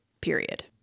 period